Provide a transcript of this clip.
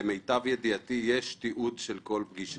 למיטב ידיעתי יש תיעוד של כל פגישה.